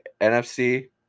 NFC